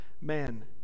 man